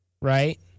right